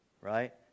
right